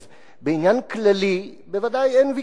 אז בעניין כללי, בוודאי אין ויכוח,